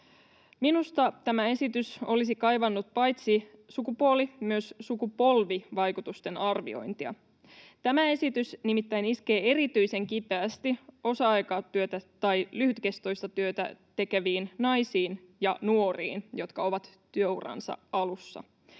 Minusta tämä esitys olisi kaivannut paitsi sukupuoli- myös sukupolvivaikutusten arviointia. Tämä esitys nimittäin iskee erityisen kipeästi osa-aikatyötä tai lyhytkestoista työtä tekeviin naisiin ja nuoriin, jotka ovat työuransa alussa: